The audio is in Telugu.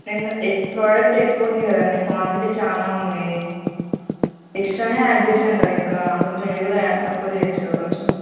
నేను ప్రోడక్ట్ ఎక్కువ ఉంది కదండీ క్వాంటిటీ చానా ఉంది ఎక్స్ట్రానే యాడ్ చేశాను కదా ఇంకా కొంచెం ఇది కూడా తక్కువ చేయొచ్చు కదా కొంచెం